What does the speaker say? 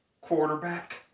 Quarterback